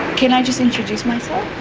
can i just introduce myself?